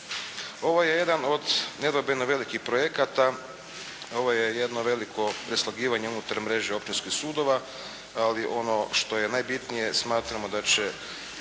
Ovo je jedan od nedvojbeno velikih projekata, ovo je jedno veliko preslagivanje unutar mreže općinskih sudova, ali ono što je najbitnije, smatramo da će